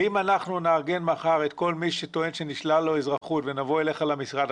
אם אנחנו נארגן מחר את כל מי שטוען שנשלל לו אזרחות ונבוא אליך למשרד,